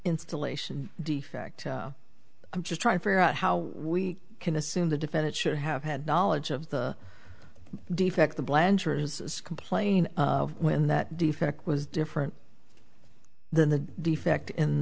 installation defect i'm just trying to figure out how we can assume the defendant should have had knowledge of the defect the blancher is complain when that defect was different the defect in